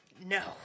No